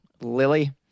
Lily